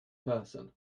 person